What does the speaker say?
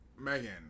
Megan